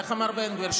איך אמר בן גביר?